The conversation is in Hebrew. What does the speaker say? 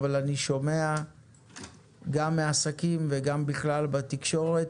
אבל אני שומע גם מעסקים וגם בכלל בתקשורת,